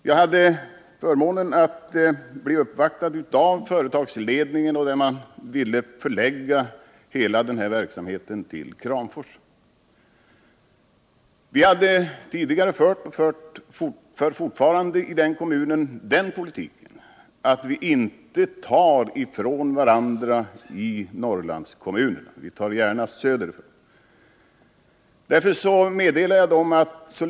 Jag hade förmånen att bli uppvaktad av företagsledningen när man ville förlägga hela verksamheten till Kramfors. I den kommunen förde vi och för fortfarande en politik som innebär att vi inte tar sysselsättningstillfällen från Norrlandskommunerna — däremot tar vi gärna emot företag söderifrån.